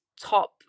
top